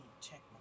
Check